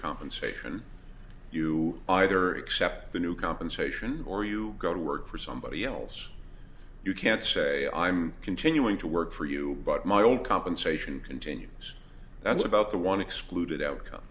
compensation you are either accept the new compensation or you go to work for somebody else you can't say i'm continuing to work for you but my own compensation continues that's about the want to exclude outcome